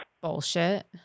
bullshit